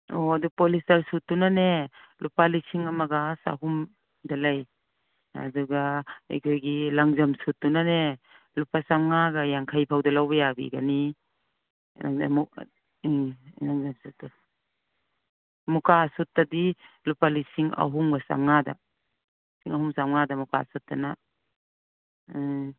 ꯑꯣ ꯑꯗꯨ ꯄꯣꯂꯤꯁꯇꯔ ꯁꯨꯠꯇꯨꯅꯅꯦ ꯂꯨꯄꯥ ꯂꯤꯁꯤꯡ ꯑꯃꯒ ꯆꯍꯨꯝꯗ ꯂꯩ ꯑꯗꯨꯒ ꯑꯩꯈꯣꯏꯒꯤ ꯂꯪꯖꯝ ꯁꯨꯠꯇꯨꯅꯅꯦ ꯂꯨꯄꯥ ꯆꯃꯉꯥꯒ ꯌꯥꯡꯈꯩꯐꯥꯎꯗ ꯂꯧꯕ ꯌꯥꯕꯤꯒꯅꯤ ꯑꯃꯨꯛ ꯎꯝ ꯃꯨꯛꯀꯥ ꯁꯨꯠꯇꯗꯤ ꯂꯨꯄꯥ ꯂꯤꯁꯤꯡ ꯑꯍꯨꯝꯒ ꯆꯃꯉꯥꯗ ꯂꯤꯁꯤꯡ ꯑꯍꯨꯝꯒ ꯆꯃꯉꯥꯗ ꯃꯨꯛꯀꯥ ꯁꯨꯠꯇꯨꯅ ꯎꯝ